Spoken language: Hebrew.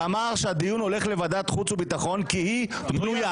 ואמר שהדיון הולך לוועדת חוץ וביטחון כי היא פנויה.